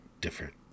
different